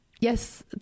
yes